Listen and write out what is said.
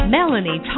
Melanie